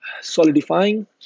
solidifying